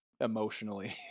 emotionally